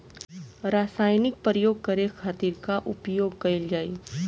रसायनिक प्रयोग करे खातिर का उपयोग कईल जाइ?